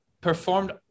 performed